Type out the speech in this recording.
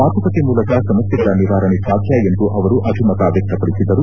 ಮಾತುಕತೆ ಮೂಲಕ ಸಮಸ್ಲೆಗಳ ನಿವಾರಣೆ ಸಾಧ್ಯ ಎಂದು ಅವರು ಅಭಿಮತ ವ್ಯಕ್ಷಪಡಿಸಿದರು